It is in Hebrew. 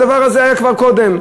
הדבר הזה היה כבר קודם.